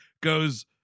goes